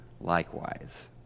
Likewise